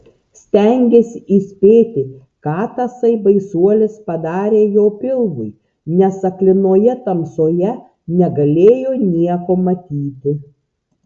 stengėsi įspėti ką tasai baisuolis padarė jo pilvui nes aklinoje tamsoje negalėjo nieko matyti